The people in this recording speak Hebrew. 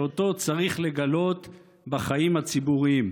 שאותו צריך לגלות בחיים הציבוריים.